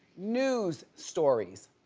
news stories.